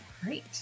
great